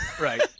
Right